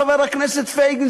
חבר הכנסת פייגלין,